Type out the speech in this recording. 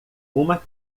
uma